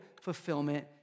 fulfillment